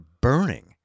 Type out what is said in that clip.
burning